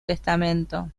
testamento